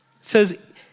says